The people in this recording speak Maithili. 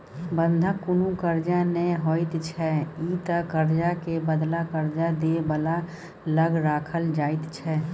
बंधक कुनु कर्जा नै होइत छै ई त कर्जा के बदला कर्जा दे बला लग राखल जाइत छै